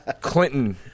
Clinton